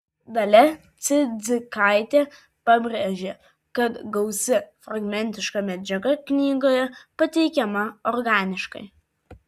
dalia cidzikaitė pabrėžė kad gausi fragmentiška medžiaga knygoje pateikiama organiškai